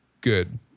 good